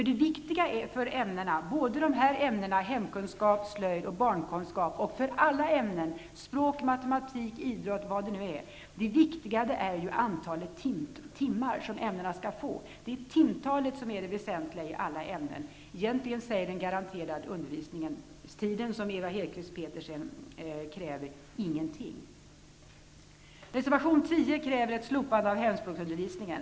Det viktiga för de här ämnena -- hemkunskap, slöjd och barnkunskap -- och för alla ämnen -- språk, matematik, idrott, vad det nu är -- är ju antalet timmar som ämnena skall få. Det är timtalet som är det väsentliga i alla ämnen. Den garanterade undervisningstiden, som Ewa Hedkvist Petersen kräver, säger egentligen ingenting. Reservation 10 kräver ett slopande av hemspråksundervisningen.